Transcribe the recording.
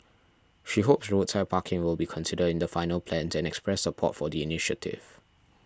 she hopes roadside parking will be considered in the final plans and expressed support for the initiative